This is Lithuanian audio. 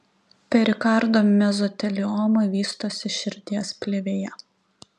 perikardo mezotelioma vystosi širdies plėvėje